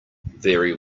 very